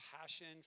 passion